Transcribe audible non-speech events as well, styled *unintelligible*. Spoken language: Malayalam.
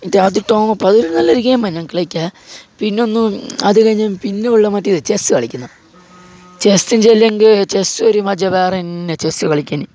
*unintelligible* നല്ല ഗെയിം തന്നെ കളിക്കാൻ പിന്നെ ഒന്നും അതുകഴിഞ്ഞ് പിന്നെ ഉള്ളത് മറ്റേ ചെസ്സ് കളി കളിക്കുന്ന ചെസ്സെന്ന് വെച്ചെങ്കിൽ ചെസ്സൊരു മജ്ജ വേറെ തന്നെ ചെസ്സ് കളിക്കാന്